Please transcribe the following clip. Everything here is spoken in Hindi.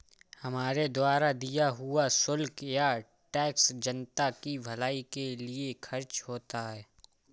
हमारे द्वारा दिया हुआ शुल्क या टैक्स जनता की भलाई के लिए खर्च होता है